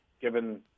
given